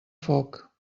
foc